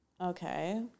okay